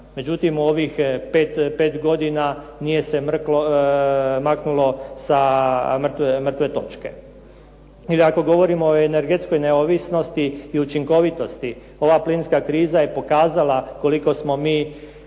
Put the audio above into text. Međutim, u ovih 5 godina nije se maklo sa mrtve točke. Jer ako govorimo o energetskoj neovisnosti i učinkovitosti, ova plinska kriza je pokazala koliko smo mi